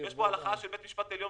יש כאן הלכה של בית המשפט העליון,